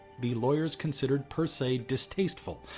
the lawyers considered persay distasteful,